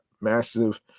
massive